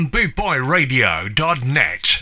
BootBoyRadio.net